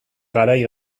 garai